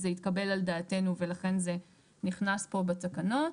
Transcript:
זה התקבל על דעתנו ולכן זה נכנס פה בתקנות.